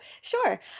sure